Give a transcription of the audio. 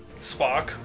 Spock